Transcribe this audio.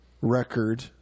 record